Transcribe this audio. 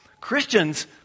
Christians